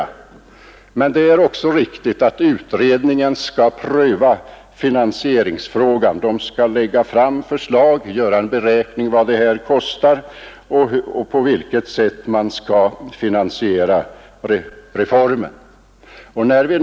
Det är också riktigt att utredningen skall pröva finansieringsfrågan. Den skall göra en beräkning av vad en sänkt pensionsålder kostar och lägga fram förslag om på vilket sätt reformen skall finansieras.